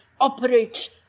operates